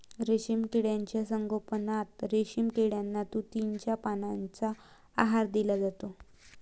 रेशीम किड्यांच्या संगोपनात रेशीम किड्यांना तुतीच्या पानांचा आहार दिला जातो